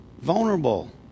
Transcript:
Vulnerable